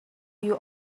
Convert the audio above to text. you